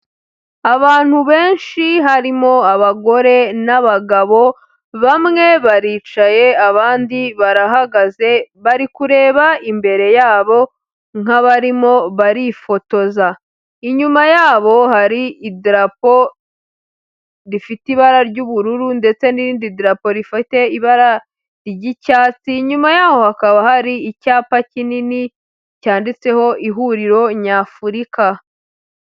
Abantu benshi harimo abagore n'abagabo bamwe baricaye abandi barahagaze bari kureba imbere yabo nk'abarimo barifotoza, inyuma yabo hari idarapo rifite ibara ry'ubururu ndetse n'irindi darapo rifite ibara ry'icyatsi, inyuma yaho hakaba hari icyapa kinini cyanditseho ihuriro nyafurika.